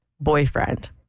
boyfriend